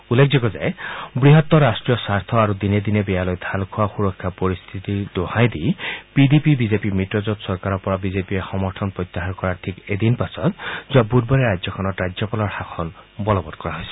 উল্লেখযোগ্য যে বৃহত্তৰ ৰাষ্ট্ৰীয় স্বাৰ্থ আৰু দিনে দিনে বেয়ালৈ ঢাল খোৱা সুৰক্ষা পৰিশ্বিতিৰ দোহাইদি বিজেপি পিডিপি মিত্ৰজোঁটৰ চৰকাৰৰ পৰা বিজেপিয়ে সমৰ্থন প্ৰত্যাহাৰ কৰাৰ ঠিক এদিন পাছত যোৱা বুধবাৰে ৰাজ্যখনত ৰাজ্যপালৰ শাসন বলৱৎ কৰা হৈছিল